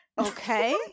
okay